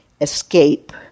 escape